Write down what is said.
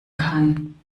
kann